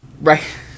Right